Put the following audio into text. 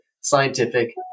scientific